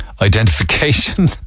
identification